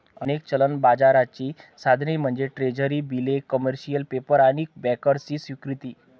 अनेक चलन बाजाराची साधने म्हणजे ट्रेझरी बिले, कमर्शियल पेपर आणि बँकर्सची स्वीकृती